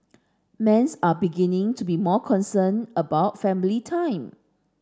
men's are beginning to be more concerned about family time